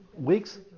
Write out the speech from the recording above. weeks